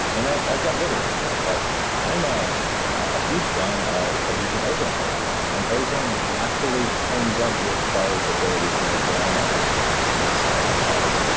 and i've gotten rid of most of them. but i am a ah huge fan of of using ozone therapy. and ozone naturally turns up your cells ability to make their own antioxidants inside the cells.